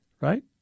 right